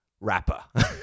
rapper